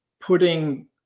putting